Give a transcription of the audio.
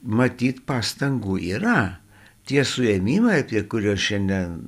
matyt pastangų yra tie suėmimai apie kuriuos šiandien